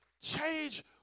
Change